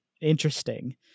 interesting